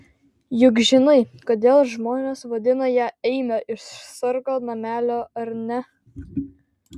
juk žinai kodėl žmonės vadina ją eime iš sargo namelio ar ne